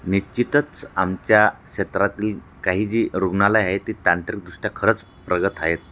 निश्चितच आमच्या क्षेत्रातील काही जी रुग्णालय आहे ती तांत्रिकदृष्ट्या खरंच प्रगत आहेत